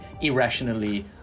irrationally